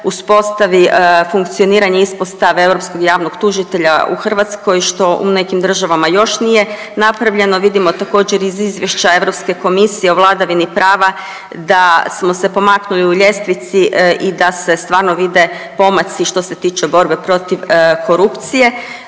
uspostavi funkcioniranje ispostave europskog javnog tužitelja u Hrvatskoj što u nekim državama još nije napravljeno. Vidimo također iz Izvješća Europske komisije o vladavini prava da smo se pomaknuli u ljestvici i da se stvarno vide pomaci što se tiče borbe protiv korupcije